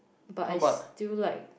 but I still like